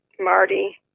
Marty